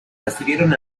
recibieron